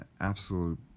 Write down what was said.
absolute